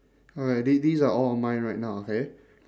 alright the~ these are all of mine right now okay